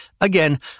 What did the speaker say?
Again